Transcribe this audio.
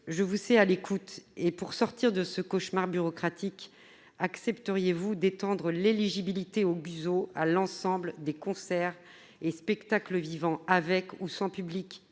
je vous sais à l'écoute. Pour sortir de ce cauchemar bureaucratique, accepteriez-vous d'étendre l'éligibilité au GUSO à l'ensemble des concerts et spectacles vivants, avec ou sans public,